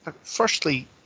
firstly